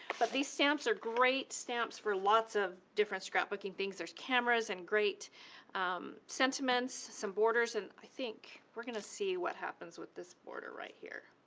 but these stamps are great stamps for lots of different scrapbooking things there's cameras and great sentiments, some borders. and i think we're gonna see what happens with this border right here.